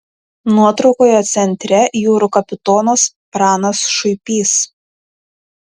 nuotraukoje centre jūrų kapitonas pranas šuipys